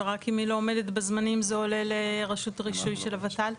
ורק אם היא לא עומדת בזמנים זה עולה לרשות רישוי של הוות"ל?